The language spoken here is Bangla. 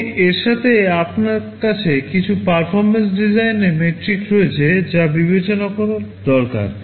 এবং এর সাথে আপনার কাছে কিছু পারফরম্যান্স ডিজাইনের মেট্রিক রয়েছে যা বিবেচনা করা দরকার